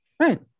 Right